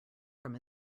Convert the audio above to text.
from